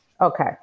Okay